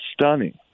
stunning